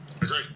Agree